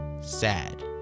Sad